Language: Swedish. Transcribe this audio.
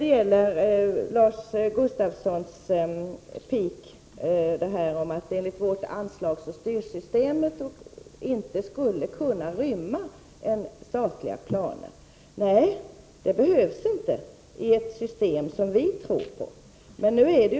Sedan till Lars Gustafssons pik om att vårt förslag till anslagsoch styrsystem inte skulle kunna rymma statliga planer. Nej, det behövs inte i det system som vi i folkpartiet tror på.